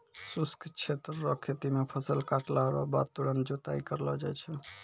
शुष्क क्षेत्र रो खेती मे फसल काटला रो बाद तुरंत जुताई करलो जाय छै